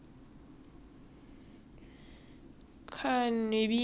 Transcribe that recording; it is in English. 看 maybe 年尾还是明年 lor